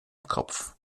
kopf